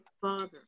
father